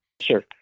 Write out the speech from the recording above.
sure